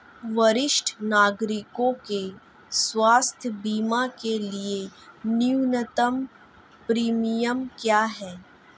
वरिष्ठ नागरिकों के स्वास्थ्य बीमा के लिए न्यूनतम प्रीमियम क्या है?